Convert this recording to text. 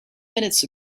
minutes